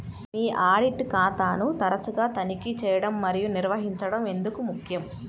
మీ audit ఖాతాను తరచుగా తనిఖీ చేయడం మరియు నిర్వహించడం ఎందుకు ముఖ్యం?